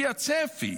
לפי הצפי